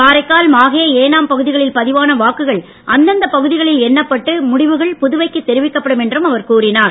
காரைக்கால் மாஹே ஏனாம் பகுதிகளில் பதிவான வாக்குகள் அந்தந்தப் பகுதிகளில் எண்ணப்பட்டு முடிவுகள் புதுவைக்குத் தெரிவிக்கப்படும் என்றும் அவர் கூறினார்